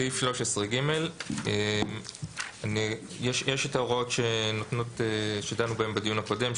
סעיף 13ג. יש את ההוראות שדנו בהן בדיון הקודם,